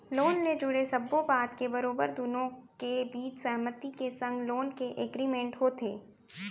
loan ले जुड़े सब्बो बात के बरोबर दुनो के बीच सहमति के संग लोन के एग्रीमेंट होथे